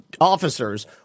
officers